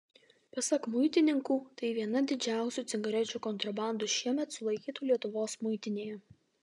pasak muitininkų tai viena didžiausių cigarečių kontrabandų šiemet sulaikytų lietuvos muitinėje